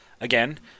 Again